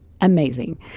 Amazing